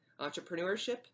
entrepreneurship